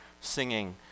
singing